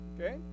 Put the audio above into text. Okay